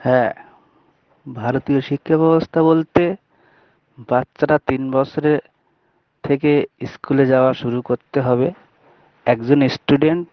হ্যাঁ ভারতীয় শিক্ষাব্যবস্থা বলতে বাচ্চারা তিন বছরে থেকে স্কুলে যাওয়া শুরু করতে হবে একজন স্টুডেন্ট